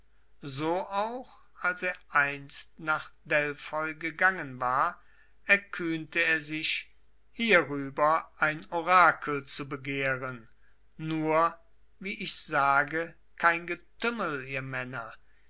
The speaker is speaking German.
so auch als er einst nach delphoi gegangen war erkühnte er sich hierüber ein orakel zu begehren nur wie ich sage kein getümmel ihr männer